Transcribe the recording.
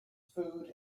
food